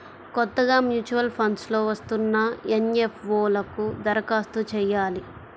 కొత్తగా mutual funds లో వస్తున్న ఎన్.ఎఫ్.ఓ లకు దరఖాస్తు చెయ్యాలి